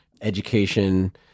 education